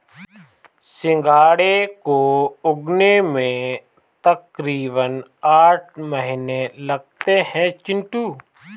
सिंघाड़े को उगने में तकरीबन आठ महीने लगते हैं चिंटू